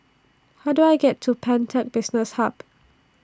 How Do I get to Pantech Business Hub